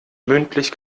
mündlich